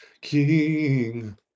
King